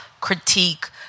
critique